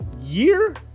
year